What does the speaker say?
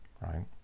Right